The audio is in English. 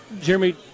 Jeremy